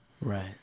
Right